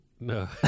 No